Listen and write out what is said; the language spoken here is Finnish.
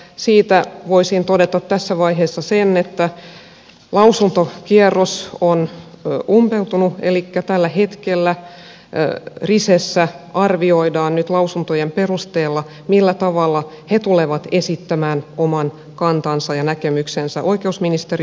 siitä voisin todeta tässä vaiheessa sen että lausuntokierros on umpeutunut elikkä tällä hetkellä risessä arvioidaan nyt lausuntojen perusteella millä tavalla he tulevat esittämään oman kantansa ja näkemyksensä oikeusministeriölle